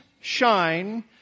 shine